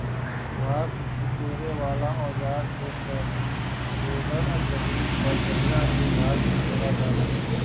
घास बिटोरे वाला औज़ार से बरोबर जमीन पर बढ़िया से घास बिटोरा जाला